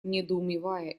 недоумевая